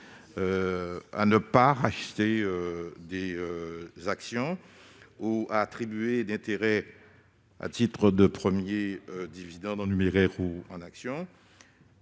ne pas racheter d'actions et ne pas attribuer d'intérêt à titre de premier dividende, en numéraire ou en actions